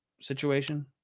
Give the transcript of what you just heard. situation